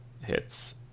hits